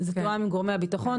זה תואם עם גורמי הביטחון,